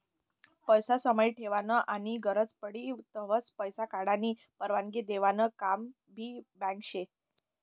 पैसा समाई ठेवानं आनी गरज पडी तव्हय पैसा काढानी परवानगी देवानं काम भी बँक शे